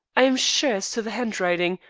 i am sure as to the handwriting.